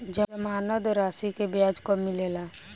जमानद राशी के ब्याज कब मिले ला?